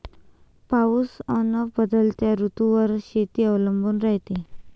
पाऊस अन बदलत्या ऋतूवर शेती अवलंबून रायते